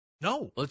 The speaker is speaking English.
No